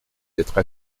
d’être